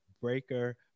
Breaker